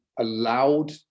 allowed